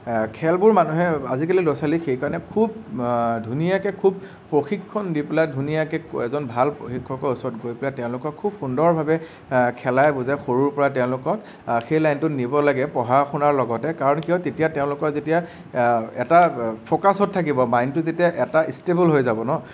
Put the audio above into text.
খেলবোৰ মানুহে আজিকালি ল'ৰা ছোৱালীক সেইকাৰণে খুব ধুনীয়াকৈ খুব প্ৰশিক্ষণ দি পেলাই ধুনীয়াকৈ এজন ভাল প্ৰশিক্ষকৰ ওচৰত গৈ পেলাই তেওঁলোকক খুব সুন্দৰভাৱে খেলাই বুজাই সৰুৰেপৰাই তেওঁলোকক সেই লাইনটোত নিব লাগে পঢ়া শুনাৰ লগতে কাৰণ কিয় তেতিয়া তেওঁলোকৰ যেতিয়া এটা ফকাছত থাকিব মাইণ্ডটো যেতিয়া এটা ষ্টেবল হৈ যাব ন